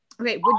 Okay